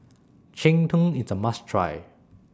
Cheng Tng IS A must Try